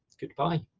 goodbye